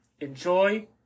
enjoy